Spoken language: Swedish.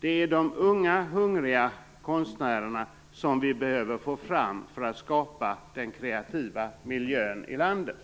De är de unga hungriga konstnärerna som vi behöver få fram för att skapa den kreativa miljön i landet.